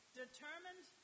determined